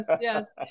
yes